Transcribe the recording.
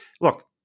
look